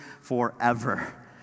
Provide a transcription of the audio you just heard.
forever